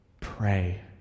Pray